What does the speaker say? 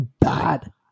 bad